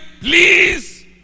please